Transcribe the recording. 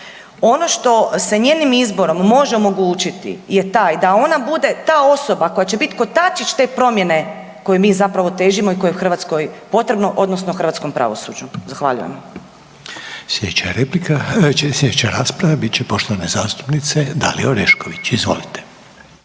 ono što sa njezinim izborom možemo odlučiti je taj da ona bude ta osoba koja će biti kotačić te promjene kojoj mi zapravo težimo i koje je Hrvatskoj potrebno, odnosno hrvatskom pravosuđu. Zahvaljujem. **Reiner, Željko (HDZ)** Sljedeća rasprava bit će poštovane zastupnice Dalije Orešković. Izvolite.